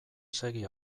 segi